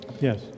Yes